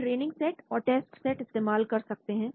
हम training set और test set इस्तेमाल कर सकते हैं